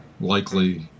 likely